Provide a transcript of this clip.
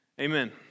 Amen